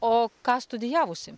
o ką studijavusi